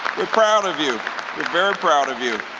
we're proud of you. we're very proud of you.